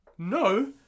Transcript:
no